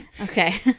Okay